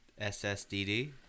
SSDD